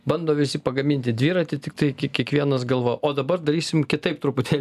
bando visi pagaminti dviratį tiktai ki kiekvienas galvoja o dabar darysim kitaip truputėlį